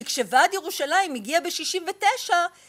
כשוועד ירושלים מגיע ב 69'